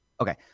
Okay